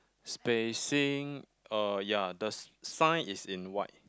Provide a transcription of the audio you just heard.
spacing uh ya the s~ sign is in white